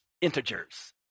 Integers